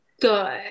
good